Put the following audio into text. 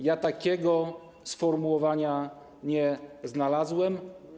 Ja takiego sformułowania nie znalazłem.